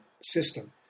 system